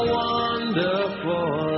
wonderful